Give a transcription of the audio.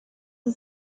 sie